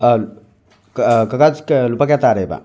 ꯀꯀꯥ ꯂꯨꯄꯥ ꯀꯌꯥ ꯇꯥꯔꯦꯕ